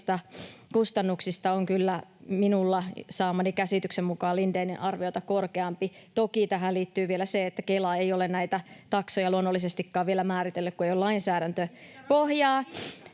kustannuksista on kyllä minulla saamani käsityksen mukaan Lindénin arviota korkeampi. Toki tähän liittyy vielä se, että Kela ei ole näitä taksoja luonnollisestikaan vielä määritellyt, kun ei ole lainsäädäntöpohjaa.